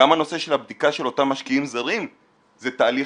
גם הנושא של הבדיקה של אותם משקיעים זרים זה תהליך